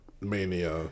Mania